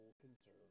conservative